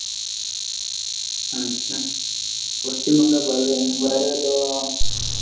ᱟᱪᱪᱷᱟ ᱯᱚᱥᱪᱷᱤᱢᱵᱚᱝᱜᱚ ᱜᱟᱹᱰᱤ ᱨᱮᱫᱚ